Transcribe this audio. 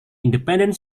independent